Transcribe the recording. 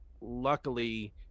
luckily